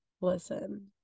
listen